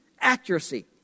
accuracy